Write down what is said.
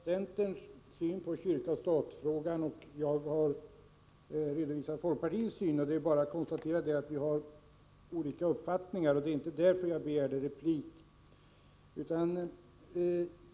Herr talman! Bengt Kindbom har redovisat centerns syn på kyrka-statfrågan, och jag har redovisat folkpartiets syn. Det är bara att konstatera att vi har olika uppfattningar, och det är inte därför jag begärde replik.